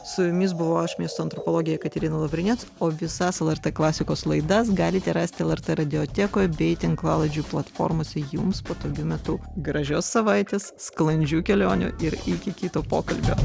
su jumis buvau aš miesto antropologė jekaterina lavrinec o visas lrt klasikos laidas galite rasti lrt radiotekoj bei tinklalaidžių platformose jums patogiu metu gražios savaitės sklandžių kelionių ir iki kito pokalbio